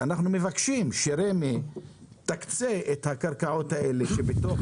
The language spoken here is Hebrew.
אנחנו מבקשים שרמ"י תקצה את הקרקעות האלה שנמצאות בתוך